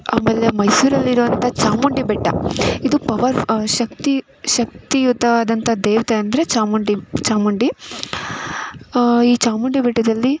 ಆಮೇಲೆ ಮೈಸೂರಲ್ಲಿರುವಂಥ ಚಾಮುಂಡಿ ಬೆಟ್ಟ ಇದು ಪವರ್ ಶಕ್ತಿಯುತವಾದಂಥ ದೇವತೆ ಅಂದರೆ ಚಾಮುಂಡಿ ಚಾಮುಂಡಿ ಈ ಚಾಮುಂಡಿ ಬೆಟ್ಟದಲ್ಲಿ